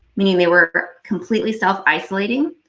meaning they were completely self-isolating,